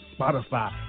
Spotify